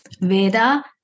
Veda